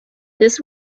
this